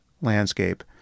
landscape